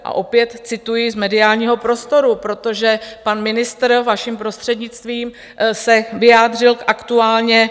A opět, cituji z mediálního prostoru, protože pan ministr, vaším prostřednictvím, se vyjádřil k Aktuálně.